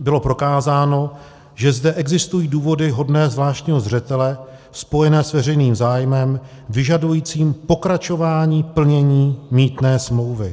bylo prokázáno, že zde existují důvody hodné zvláštního zřetele spojené s veřejným zájmem vyžadujícím pokračování plnění mýtné smlouvy.